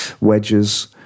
wedges